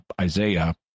Isaiah